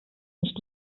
nicht